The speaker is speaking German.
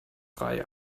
drei